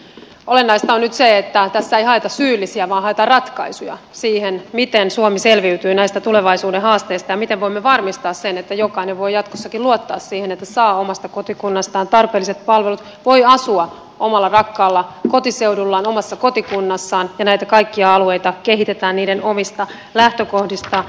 olennaista on nyt se että tässä ei haeta syyllisiä vaan haetaan ratkaisuja siihen miten suomi selviytyy näistä tulevaisuuden haasteista ja miten voimme varmistaa sen että jokainen voi jatkossakin luottaa siihen että saa omasta kotikunnastaan tarpeelliset palvelut voi asua omalla rakkaalla kotiseudullaan omassa kotikunnassaan ja että näitä kaikkia alueita kehitetään niiden omista lähtökohdista käsin